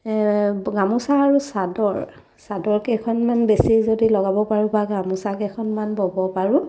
গামোচা আৰু চাদৰ চাদৰকেইখনমান বেছি যদি লগাব পাৰোঁ বা গামোচাকেইখনমান ব'ব পাৰোঁ